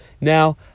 now